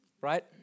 Right